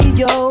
yo